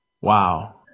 wow